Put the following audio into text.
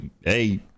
Hey